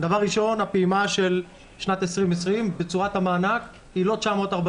הפעימה של 2020 בצורת מענק היא לא 940